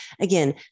Again